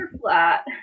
flat